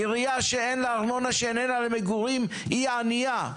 עירייה שאין לה ארנונה שהיא איננה למגורים היא ענייה.